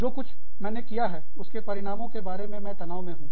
जो कुछ मैंने किया है उसके परिणामों के बारे में मैं तनाव में हूँ